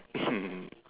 mmhmm